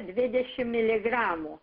dvidešim miligramų